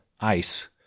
ICE